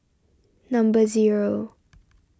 number zero